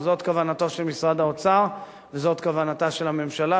שזו כוונתו של משרד האוצר וזו כוונתה של הממשלה,